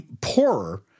poorer